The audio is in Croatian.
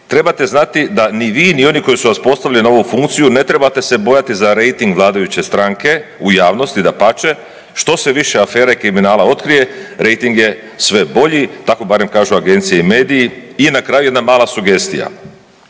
trebate znati da ni vi, ni oni koji su postavili na ovu funkciju ne trebate se bojati za rejting vladajuće stranke u javnosti, dapače što se više afere i kriminala otkrije rejting je sve bolji, tako barem kažu Agencije i mediji i na kraju jedna mala sugestija.